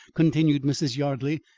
continued mrs. yardley,